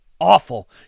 awful